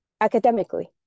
academically